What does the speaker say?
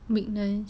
yes